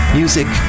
music